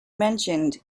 mentioned